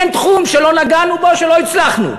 אין תחום שלא נגענו בו ולא הצלחנו,